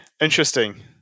Interesting